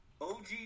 OG